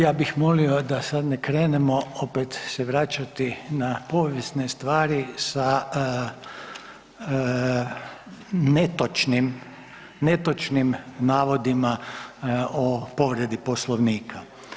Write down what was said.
Ja bih molio da sad ne krenemo opet se vraćati na povijesne stvari, sa netočnim navodima o povredi Poslovnika.